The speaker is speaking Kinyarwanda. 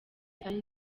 ari